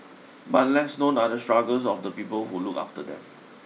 but less known are the struggles of the people who look after them